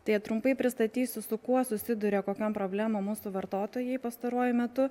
tai trumpai pristatysiu su kuo susiduria kokiom problemom mūsų vartotojai pastaruoju metu